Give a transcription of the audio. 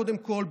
קודם כול,